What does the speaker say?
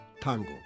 tango